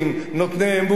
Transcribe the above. נותני אמון.